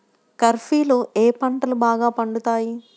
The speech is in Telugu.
ఖరీఫ్లో ఏ పంటలు బాగా పండుతాయి?